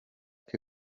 que